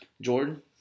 Jordan